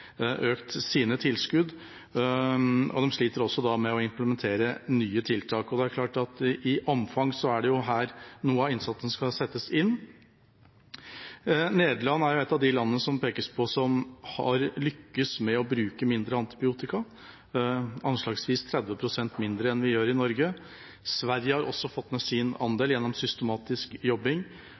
økt sine tilskudd, og de sliter med å implementere nye tiltak. Det er klart at i omfang er det her noe av innsatsen skal settes inn. Nederland er et av de landene det pekes på som har lyktes med å bruke mindre antibiotika – anslagsvis 30 pst. mindre enn vi gjør i Norge. Sverige har også fått ned sin andel gjennom systematisk jobbing.